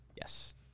Yes